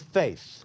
faith